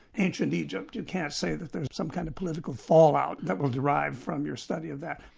ancient egypt you can't say that there is some kind of political fall-out that will derive from your study of that.